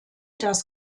das